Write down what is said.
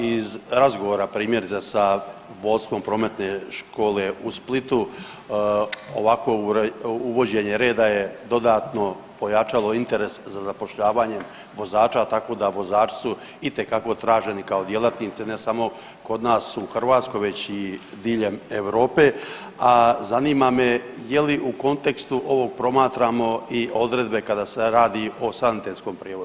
Iz razgovora, primjerice sa vodstvom Prometne škole u Splitu, ovako uvođenje reda je dodatno pojačalo interes za zapošljavanje vozača, tako da, vozači su itekako traženi kao djelatnici, ne samo kod nas u Hrvatskoj već i diljem Europe, a zanima me je li u kontekstu ovog promatramo i odredbe kada se radi o sanitetskom prijevozu?